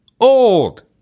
old